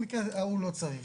במקרה ההוא לא צריך.